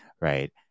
right